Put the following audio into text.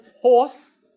horse